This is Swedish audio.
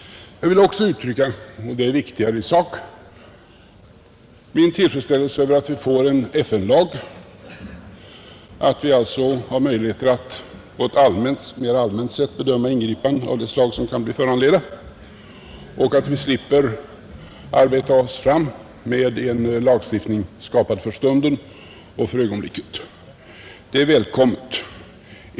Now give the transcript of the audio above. Jag vill också uttrycka — och det är viktigare i sak — min tillfredsställelse över att vi får en FN-lag, att vi alltså har möjligheter att på ett mera allmänt sätt bedöma ingripanden av det slag som kan bli föranledda och att vi slipper arbeta oss fram med en lagstiftning skapad för stunden och för ögonblicket. Det är välkommet.